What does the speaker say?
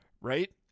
Right